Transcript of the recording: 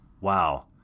Wow